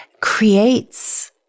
creates